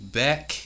back